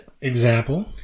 Example